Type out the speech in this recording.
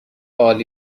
عالی